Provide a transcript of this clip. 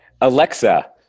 Alexa